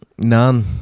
none